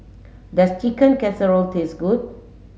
does Chicken Casserole taste good